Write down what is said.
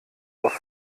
auf